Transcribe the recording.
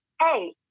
hey